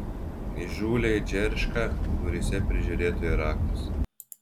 įžūliai džerška duryse prižiūrėtojo raktas